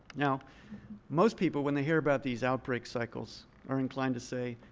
now most people when they hear about these outbreak cycles are inclined to say,